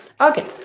Okay